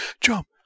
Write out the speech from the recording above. jump